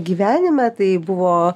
gyvenime tai buvo